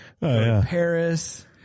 Paris